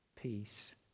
peace